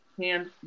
hand